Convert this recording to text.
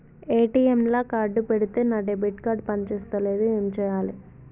ATM లా card పెడితే నా డెబిట్ కార్డ్ పని చేస్తలేదు ఏం చేయాలే?